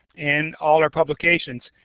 and all our publications.